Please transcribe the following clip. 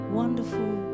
wonderful